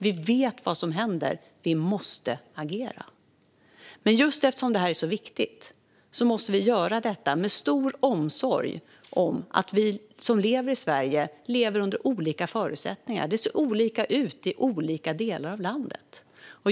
Vi vet vad som händer. Vi måste agera. Men just eftersom det här är så viktigt måste vi göra detta med stor omsorg och medvetenhet om att vi som lever i Sverige lever under olika förutsättningar. Det ser olika ut i olika delar av landet.